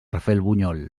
rafelbunyol